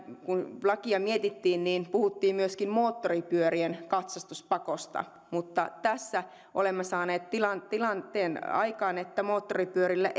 kun lakia mietittiin puhuttiin myöskin moottoripyörien katsastuspakosta mutta tässä olemme saaneet aikaan tilanteen että moottoripyörille